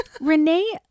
Renee